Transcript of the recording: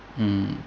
mm